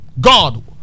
God